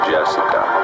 Jessica